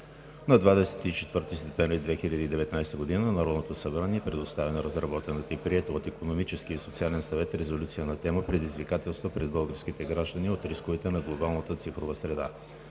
На 24 септември 2019 г. в Народното събрание е предоставена разработената и приета от Икономическия и социален съвет резолюция на тема: „Предизвикателства пред българските граждани от рисковете на глобалната цифрова среда“.